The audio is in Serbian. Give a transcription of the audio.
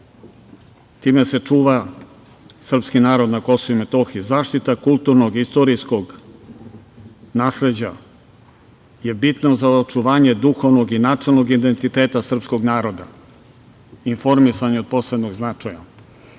time se čuva srpski narod na Kosovu i Metohiji. Zaštita kulturnog i istorijskog nasleđa je bitna za očuvanje duhovnog i nacionalnog identiteta srpskog naroda. Informisanje, od posebnog značaja. Znate,